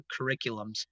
curriculums